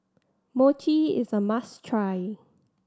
mochi is a must try